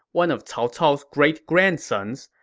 one of cao cao's great grandsons.